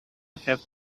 have